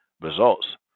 results